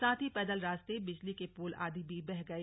साथ ही पैदल रास्ते बिजली के पोल आदि भी बह गए